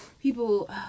people